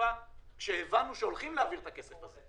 תגובה כשהבנו שהולכים להעביר את הכסף הזה.